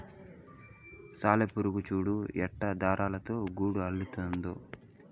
సాలెపురుగు చూడు ఎట్టా దారాలతో గూడు అల్లినాదో